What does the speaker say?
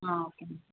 okay అండి